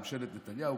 ממשלת נתניהו,